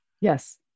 Yes